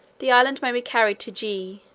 the island may be carried to g,